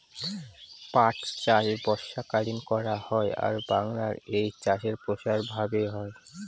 পাট চাষ বর্ষাকালীন করা হয় আর বাংলায় এই চাষ প্রসার ভাবে হয়